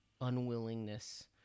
unwillingness